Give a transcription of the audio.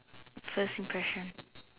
first impression